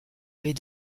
avait